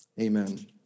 Amen